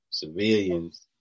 Civilians